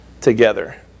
together